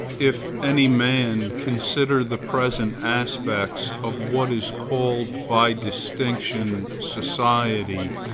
if any man consider the present aspects of what is called by distinction society,